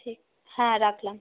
ঠিক হ্যাঁ রাখলাম